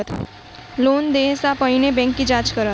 Loan देय सा पहिने बैंक की जाँच करत?